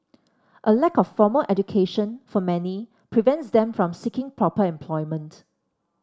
a lack of formal education for many prevents them from seeking proper employment